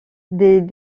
des